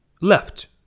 left